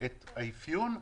את האפיון,